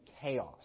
chaos